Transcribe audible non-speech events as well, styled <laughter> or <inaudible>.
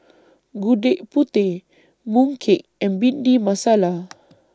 Gudeg Putih Mooncake and Bhindi Masala <noise>